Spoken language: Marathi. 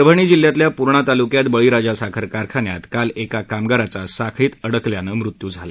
परभणी जिल्ह्यातल्या पूर्णा तालुक्यात बळीराजा साखर कारखान्यात काल एका कामगाराचा साखळीत अडकल्यानं मृत्यू झाला